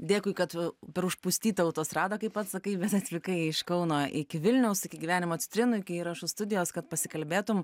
dėkui kad per užpustytą autostradą kaip pats sakai bet atvykai iš kauno iki vilniaus iki gyvenimo citrinų iki įrašų studijos kad pasikalbėtum